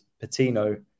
Patino